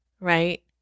right